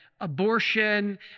abortion